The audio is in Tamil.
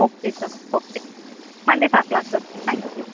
ஓகே சார் ஓகே மண்டே பார்க்கலாம் சார் தேங்க் யூ